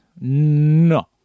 no